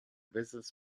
business